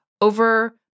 over